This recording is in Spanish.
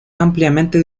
ampliamente